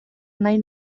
nahi